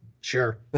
sure